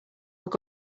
were